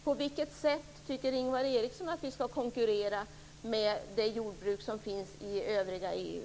På vilket sätt tycker Ingvar Eriksson att vi skall konkurrera med jordbruket inom övriga EU?